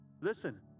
Listen